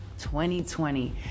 2020